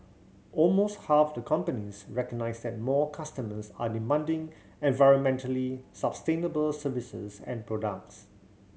almost half the companies recognise that more customers are demanding environmentally sustainable services and products